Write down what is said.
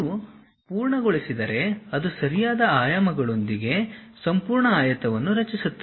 ನೀವು ಪೂರ್ಣಗೊಳಿಸಿದರೆ ಅದು ಸರಿಯಾದ ಆಯಾಮಗಳೊಂದಿಗೆ ಸಂಪೂರ್ಣ ಆಯತವನ್ನು ರಚಿಸುತ್ತದೆ